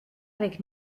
avec